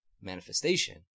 manifestation